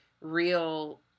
real